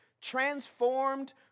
transformed